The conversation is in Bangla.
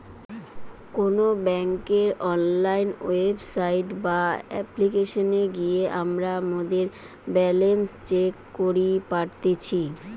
কোনো বেংকের অনলাইন ওয়েবসাইট বা অপ্লিকেশনে গিয়ে আমরা মোদের ব্যালান্স চেক করি পারতেছি